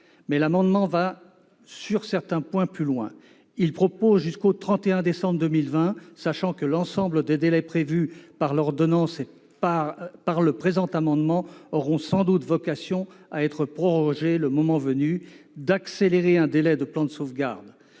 Cet amendement va, sur certains points, plus loin. Il propose, jusqu'au 31 décembre 2020- l'ensemble des délais prévus tant par l'ordonnance que par l'amendement auront sans doute vocation à être prorogés le moment venu -, d'accélérer un délai des plans de sauvegarde,